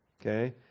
Okay